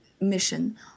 mission